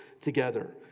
together